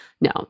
No